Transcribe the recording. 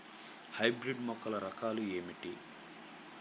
Hybrid మొక్కల రకాలు ఏమిటీ?